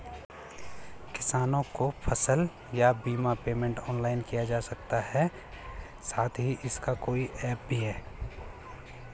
किसानों को फसल बीमा या पेमेंट ऑनलाइन किया जा सकता है साथ ही इसका कोई ऐप भी है?